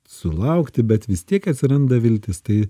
sulaukti bet vis tiek atsiranda viltis tai